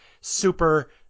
super